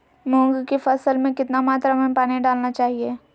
मूंग की फसल में कितना मात्रा में पानी डालना चाहिए?